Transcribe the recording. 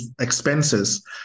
expenses